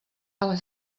ale